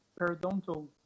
periodontal